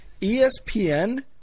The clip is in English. ESPN